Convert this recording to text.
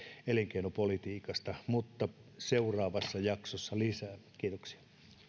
elinkeinopolitiikasta mutta seuraavassa jaksossa lisää kiitoksia